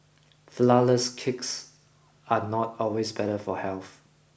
flourless cakes are not always better for health